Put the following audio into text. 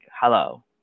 hello